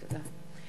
תודה.